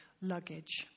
luggage